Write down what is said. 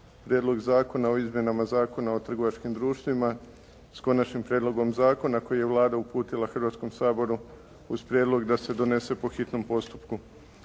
Prijedlog zakona o izmjenama Zakona o trgovačkim društvima s Konačnim prijedlogom zakona koji je Vlada uputila Hrvatskom saboru uz prijedlog da se donese po hitnom postupku.